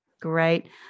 Great